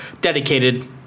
dedicated